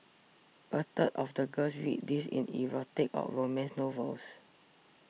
a third of the girls read these in erotic or romance novels